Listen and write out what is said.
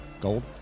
Gold